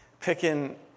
picking